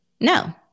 No